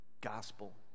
Gospel